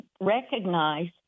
recognize